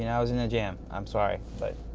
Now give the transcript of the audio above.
you know i was in a jam. i'm sorry, but,